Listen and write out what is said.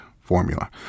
formula